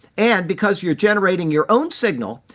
and because you're generating your own signal,